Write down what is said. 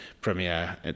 premiere